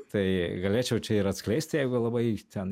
tai galėčiau čia ir atskleisti jeigu labai ten